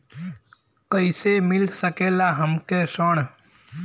कइसे मिल सकेला हमके ऋण?